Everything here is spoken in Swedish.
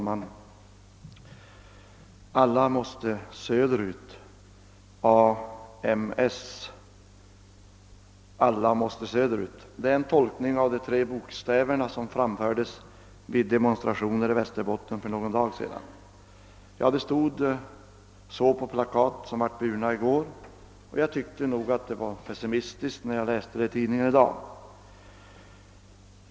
Herr talman! Alla Måste Söderut — det är den tolkning av de tre bokstäverna AMS som framfördes vid en demonstration i Västerbotten i går. Det stod så på de plakat som demonstranterna bar. När jag läste om detta i tidningen i dag, tyckte jag nog att det var väl pessimistiskt.